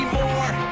more